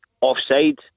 Offside